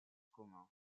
commun